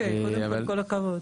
קודם כל כל-הכבוד.